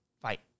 fight